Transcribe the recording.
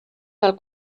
del